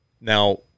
Now